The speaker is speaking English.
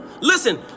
listen